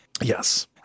yes